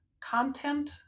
content